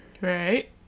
right